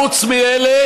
חוץ מאלה